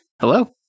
Hello